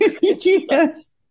Yes